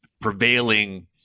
prevailing